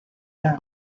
now